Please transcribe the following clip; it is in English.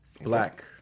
Black